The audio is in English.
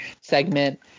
segment